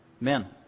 men